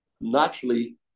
naturally